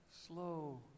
slow